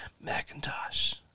Macintosh